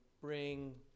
bring